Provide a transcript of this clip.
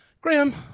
Graham